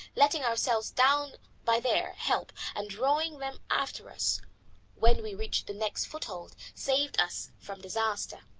letting ourselves down by their help and drawing them after us when we reached the next foothold, saved us from disaster.